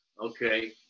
Okay